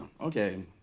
okay